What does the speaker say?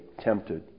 tempted